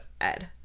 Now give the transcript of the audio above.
Ed